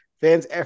Fans